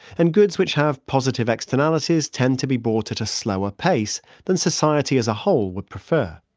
and goods which have positive externalities tend to be bought at a slower pace than society as a whole would prefer